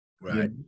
right